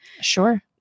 Sure